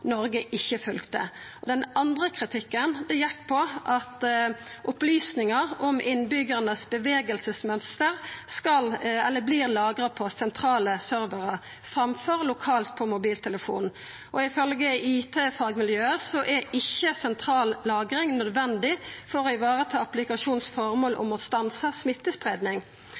Noreg ikkje følgde. Den andre kritikken gjekk på at opplysningar om bevegelsesmønstera til innbyggjarane vert lagra på sentrale serverar, framfor lokalt på mobiltelefonen. Ifølgje IT-fagmiljø er ikkje sentral lagring nødvendig for å vareta føremålet med applikasjonen, nemleg å stansa smittespreiing.